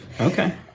Okay